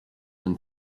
and